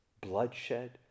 bloodshed